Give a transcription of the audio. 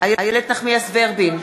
איילת נחמיאס ורבין,